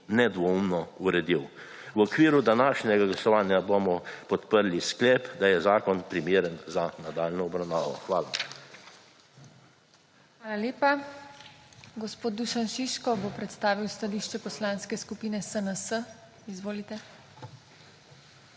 nedvoumno uredil. V okviru današnjega glasovanja bomo podprli sklep, da je zakon primeren za nadaljnjo obravnavo. Hvala. **PODPREDSEDNICA TINA HEFERLE:** Hvala lepa. Gospod Dušan Šiško bo predstavil stališče Poslanske skupine SNS. Izvolite.